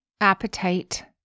Appetite